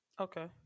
Okay